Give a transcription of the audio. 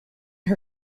her